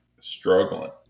struggling